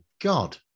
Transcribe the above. God